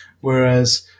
Whereas